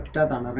down i mean